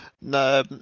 No